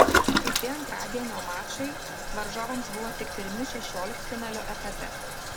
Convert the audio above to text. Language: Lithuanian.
kiti antradienio mačai varžovams buvo tik pirmi šešioliktfinalio etape